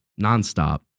nonstop